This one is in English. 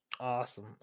Awesome